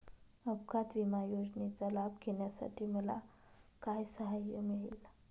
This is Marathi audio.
अपघात विमा योजनेचा लाभ घेण्यासाठी मला काय सहाय्य मिळेल?